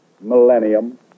millennium